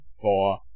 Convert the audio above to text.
four